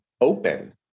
open